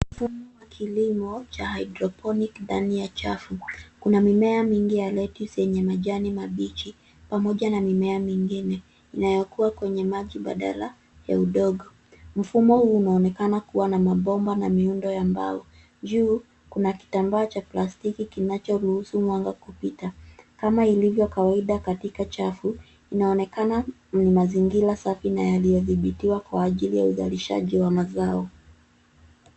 Mfumo wa kilimo cha hydroponic ndani ya chafu. Kuna mimea mingi ya lettuce]cs] yenye majani mabichi, pamoja na mimea mingine, inayokua kwenye maji badala ya udongo. Mfumo huu unaonekana kua na mabomba na miundo ya mbao. Juu kuna kitambaa cha plastiki kinacho ruhusu mwanga kupita. Kama ilivyo kawaida katika chafu, inaonekana ni mazingira safi na yaliyodhibitiwa kwa ajili ya uzalishaji wa mazao.